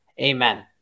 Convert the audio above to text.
Amen